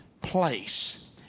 place